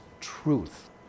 truth